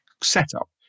setup